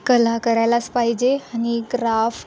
कला करायलाच पाहिजे आणि क्राफ्ट